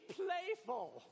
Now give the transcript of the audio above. playful